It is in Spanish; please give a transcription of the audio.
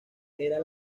era